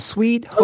Sweet